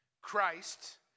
Christ